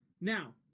Now